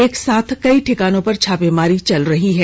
एक साथ कई ठिकानों पर छापेमारी चल रही है